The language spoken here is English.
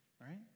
right